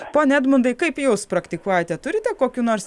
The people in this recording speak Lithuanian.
pone edmundai kaip jūs praktikuojate turite kokių nors